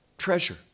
treasure